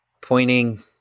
pointing